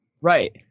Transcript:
right